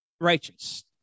righteous